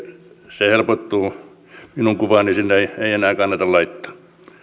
se helpottuu minun kuvaani sinne ei ei enää kannata laittaa